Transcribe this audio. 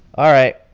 all right.